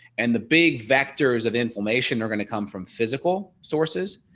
and the big vectors of inflammation are going to come from physical sources,